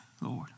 Lord